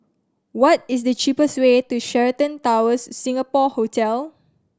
what is the cheapest way to Sheraton Towers Singapore Hotel